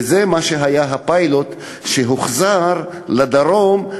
וזה מה שהיה הפיילוט שהוחזר לדרום,